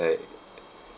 right